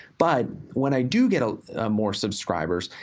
but when i do get more subscribers,